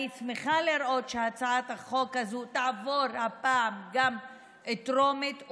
אני שמחה לראות שהצעת החוק הזו תעבור הפעם גם טרומית,